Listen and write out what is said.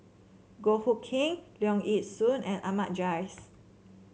Goh Hood Keng Leong Yee Soo and Ahmad Jais